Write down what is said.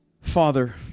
Father